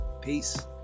Peace